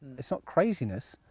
it's not craziness,